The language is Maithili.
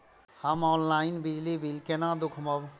हम ऑनलाईन बिजली बील केना दूखमब?